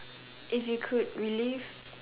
if you could relive